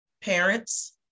Parents